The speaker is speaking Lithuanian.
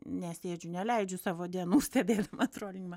nesėdžiu neleidžiu savo dienų stebėdama trolinimą